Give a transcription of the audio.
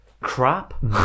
crap